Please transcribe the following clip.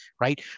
right